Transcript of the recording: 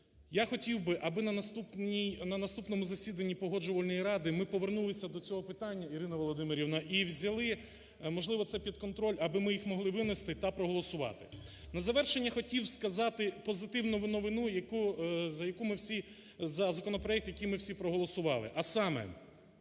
Я хотів би, аби на наступному засіданні Погоджувальної ради ми повернулися до цього питання, Ірина Володимирівна, і взяли, можливо, це під контроль, аби ми їх могли винести та проголосувати. На завершення хотів сказати позитивну новину, за яку ми всі, за законопроект, який ми всі проголосували,